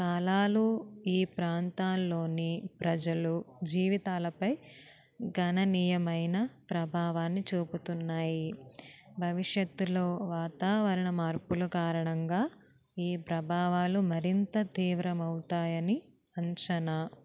కాలాలు ఈ ప్రాంతాల్లోని ప్రజలు జీవితాలపై గణనీయమైన ప్రభావాన్ని చూపుతున్నాయి భవిష్యత్తులో వాతావరణ మార్పులు కారణంగా ఈ ప్రభావాలు మరింత తీవ్రం అవుతాయని అంచన